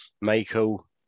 Michael